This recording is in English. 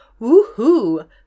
Woohoo